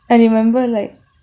I remember like